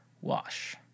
wash